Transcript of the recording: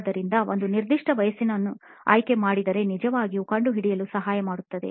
ಆದ್ದರಿಂದ ಒಂದು ನಿರ್ದಿಷ್ಟ ವಯಸ್ಸಿನವರನ್ನು ಆಯ್ಕೆ ಮಾಡಿದರೆ ನಿಜವಾಗಿಯೂ ಕಂಡುಹಿಡಿಯಲು ಸಹಾಯ ಮಾಡುತ್ತದೆ